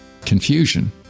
confusion